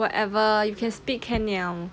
whatever you can speak can liao